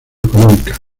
económica